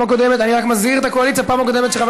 אני רק מזהיר את הקואליציה: בפעם הקודמת שחבר